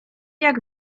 jak